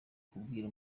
kubwira